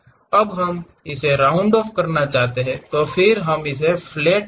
अब हम इसेराउंड ऑफ करना चाहते हैं तो फिर हम इसे फिलेट कहते हैं